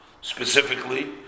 specifically